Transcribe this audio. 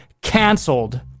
canceled